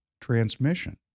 transmission